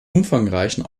umfangreichen